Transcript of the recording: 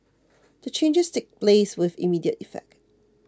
the changes take place with immediate effect